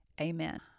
Amen